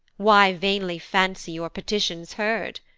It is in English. why vainly fancy your petitions heard?